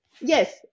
Yes